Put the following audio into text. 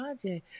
project